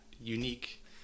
unique